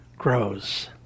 grows